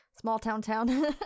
Small-town-town